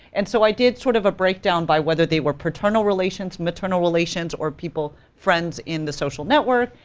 and so i did sort of a breakdown by whether they were paternal relations, maternal relations, or people, friends, in the social network,